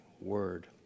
word